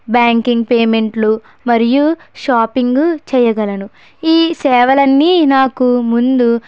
banking పేమెంట్లు మరియు shopping చేయగలను ఈ సేవలన్నీ నాకు ముందు